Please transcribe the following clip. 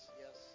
yes